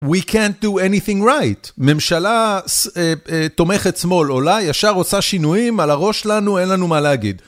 We can't do anything right. ממשלה תומכת שמאל, עולה ישר רוצה שינויים על הראש לנו, אין לנו מה להגיד.